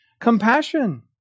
compassion